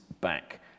back